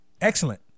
Excellent